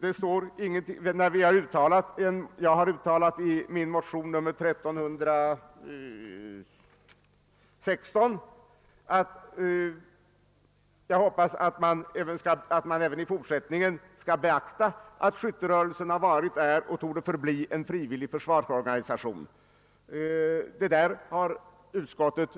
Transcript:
Jag har i min motion II: 1316 uttryckt förhoppningen att man även i fortsättningen skall beakta att skytterörelsen har varit, är och torde förbli en frivillig försvarsorganisation, men detta har utskottet